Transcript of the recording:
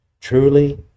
Truly